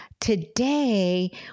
today